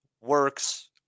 works